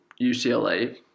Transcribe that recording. UCLA